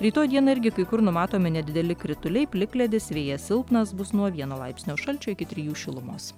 rytoj dieną irgi kai kur numatomi nedideli krituliai plikledis vėjas silpnas bus nuo vieno laipsnio šalčio iki trijų šilumos